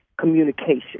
communication